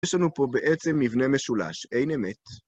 יש לנו פה בעצם מבנה משולש, אין אמת.